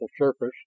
surface